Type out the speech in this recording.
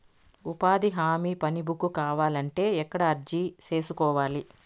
ఉపాధి హామీ పని బుక్ కావాలంటే ఎక్కడ అర్జీ సేసుకోవాలి?